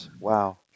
Wow